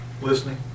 Listening